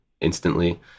instantly